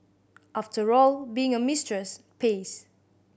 after all being a mistress pays